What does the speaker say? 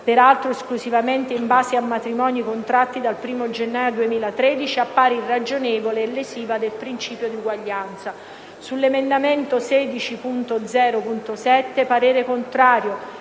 peraltro esclusivamente in base a matrimoni contratti dal 1° gennaio 2013, appare irragionevole e lesiva del principio di uguaglianza; - sull'emendamento 16.0.7 parere contrario,